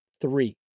three